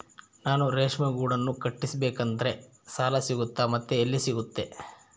ನಾನು ರೇಷ್ಮೆ ಗೂಡನ್ನು ಕಟ್ಟಿಸ್ಬೇಕಂದ್ರೆ ಸಾಲ ಸಿಗುತ್ತಾ ಮತ್ತೆ ಎಲ್ಲಿ ಸಿಗುತ್ತೆ?